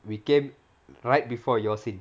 we came right before your scene